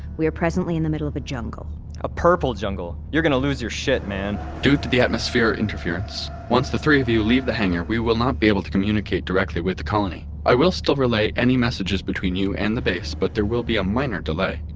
we are presently in the middle of a jungle a purple jungle. you're gonna lose your shit, man due to the atmosphere interference, once the three of you leave the hangar we will not be able to communicate directly with the colony. i will still relay any messages between you and the base, but there will be a minor delay.